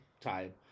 time